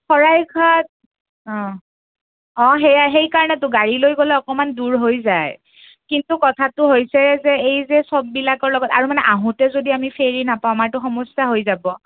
শৰাইঘাত অঁ অঁ সেইয়া সেইকাৰণেতো গাড়ী লৈ গ'লে অকমান দূৰ হৈ যায় কিন্তু কথাটো হৈছে যে এই যে চববিলাকৰ লগত আৰু মানে আহোঁতে যদি আমি ফেৰী নাপাওঁ আমাৰতো সমস্যা হৈ যাব